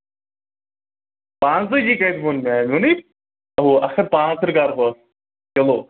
پانٛژتأجی کتہِ ووٚن مےٚ نہَ ووٚنُے اکھ ہَتھ پانٛژترٕٛہ کرہوس کِلوٗ